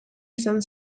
izan